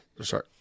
Sorry